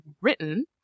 written